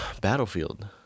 Battlefield